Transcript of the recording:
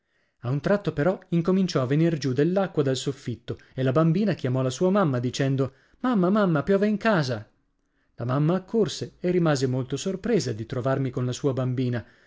a un tratto però incominciò a venir giù dell'acqua dal soffitto e la bambina chiamò la sua mamma dicendo mamma mamma piove in casa la mamma accorse e rimase molto sorpresa di trovarmi con la sua bambina